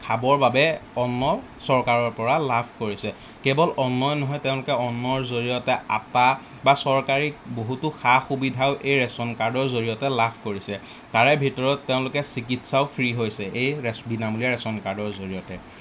খাবৰ বাবে অন্ন চৰকাৰৰপৰা লাভ কৰিছে কেৱল অন্নই নহয় তেওঁলোকে অন্নৰ জৰিয়তে আটা বা চৰকাৰী বহুতো সা সুবিধাও এই ৰেচন কাৰ্ডৰ জৰিয়তে লাভ কৰিছে তাৰে ভিতৰত তেওঁলোকে চিকিৎসাও ফ্ৰী হৈছে এই বিনামূলীয়া ৰেচন কাৰ্ডৰ জৰিয়তে